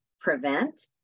prevent